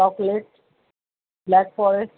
chocolate black forest